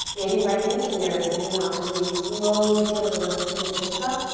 maybe right knee to the earth, maybe not as we slowly peel the left fingertips up.